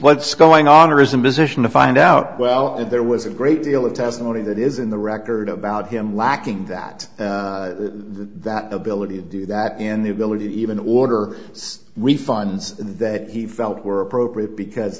what's going on or isn't visitation to find out well if there was a great deal of testimony that is in the record about him lacking that that ability to do that in the ability to even order refunds that he felt were appropriate because